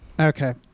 Okay